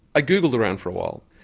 i googled around for a while.